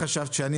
חשבת שאני